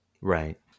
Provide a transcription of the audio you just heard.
Right